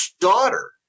daughter